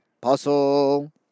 puzzle